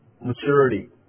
maturity